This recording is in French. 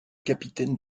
capitaine